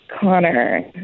Connor